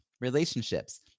relationships